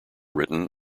written